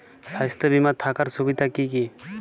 স্বাস্থ্য বিমা থাকার সুবিধা কী কী?